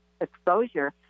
exposure